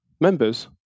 members